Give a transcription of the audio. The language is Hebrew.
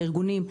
הארגונים,